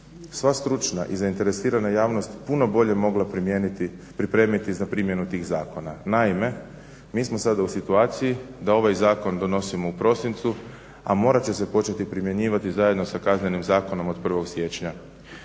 sva stručna i zainteresirana javnosti puno bolje mogla pripremiti za primjenu tih zakona. Naime, mi smo sada u situaciji da ovaj zakon donosimo u prosincu, a morat će se početi primjenjivati zajedno sa Kaznenim zakonom od 1. siječnja